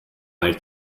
nicht